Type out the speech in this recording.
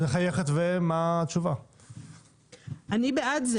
אני בעד זה